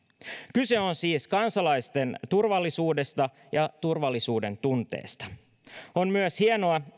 kyse on siis kansalaisten turvallisuudesta ja turvallisuudentunteesta on myös hienoa